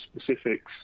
specifics